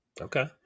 Okay